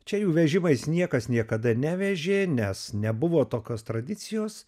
čia jų vežimais niekas niekada nevežė nes nebuvo tokios tradicijos